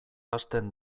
hasten